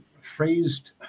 phrased